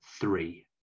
three